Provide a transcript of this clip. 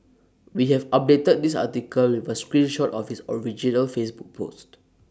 we have updated this article with A screen shot of his original Facebook post